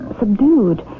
subdued